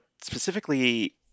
specifically